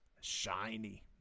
Shiny